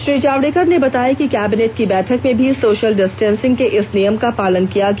श्री जावडेकर ने बताया कि कैबिनेट की बैठक में भी सोशल डिस्टेंसिंग के इस नियम का पालन किया गया